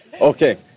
Okay